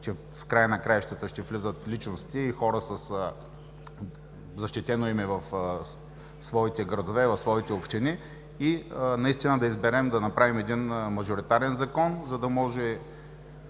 че в края на краищата ще влизат личности и хора със защитено име в своите градове, в своите общини и наистина да изберем и направим един мажоритарен закон, за да може,